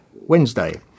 Wednesday